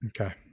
Okay